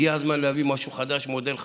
הגיע הזמן להביא משהו חדש, מודל חדש,